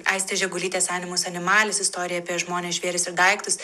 aistės žegulytės animus animalis istorija apie žmones žvėris ir daiktus